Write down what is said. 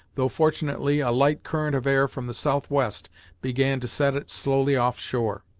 though fortunately a light current of air from the southwest began to set it slowly off shore.